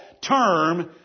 term